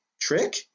trick